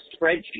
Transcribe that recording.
spreadsheet